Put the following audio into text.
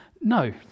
no